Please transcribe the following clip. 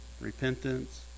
repentance